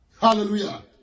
Hallelujah